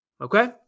Okay